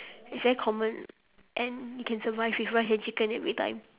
it's very common and you can survive with rice and chicken every time